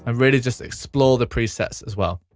and really just explore the presets as well.